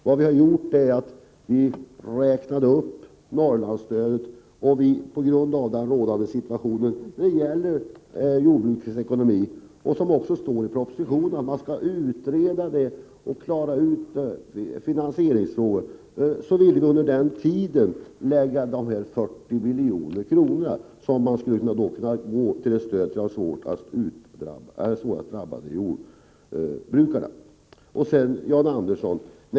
Vad vi gjort är att vi räknat upp Norrlandsstödet. Det står i propositionen att man skall utreda finansieringsfrågan. Och på grund av den rådande situationen för jordbrukets ekonomi ville vi under tiden lägga dessa 40 milj.kr. på stödet åt de svårast drabbade jordbrukarna. Så några ord till John Andersson.